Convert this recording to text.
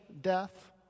death